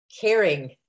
caring